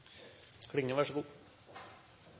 Klinge. Så